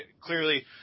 clearly